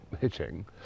hitting